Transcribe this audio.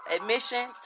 Admission